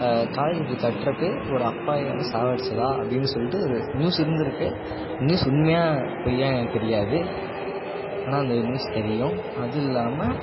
Kaveri bridge கட்டுறப்பே ஒரு அப்பாவிய யாரோ சாவடித்ததா அப்படினு சொல்லிட்டு ஒரு நியூஸ் இருந்திருக்குது அந்த நியூஸ் உண்மையா பொய்யான்னு எனக்கு தெரியாது ஆனால் அந்த நியூஸ் தெரியும் அது இல்லாமல்